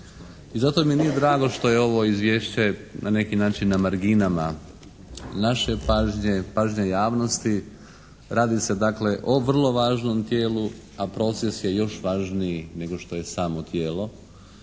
I zato mi nije drago što je ovo izvješće na neki način na marginama naše pažnje, pažnje javnosti. Radi se dakle o vrlo važnom tijelu a proces je još važniji nego što je samo tijelo